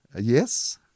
Yes